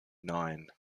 nine